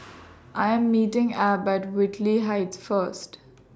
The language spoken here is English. I Am meeting Abb At Whitley Heights First